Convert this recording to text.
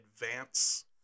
advance